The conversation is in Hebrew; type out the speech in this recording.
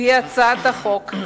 לפי הצעת החוק,